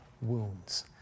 wounds